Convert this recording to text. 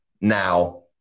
Now